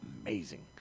amazing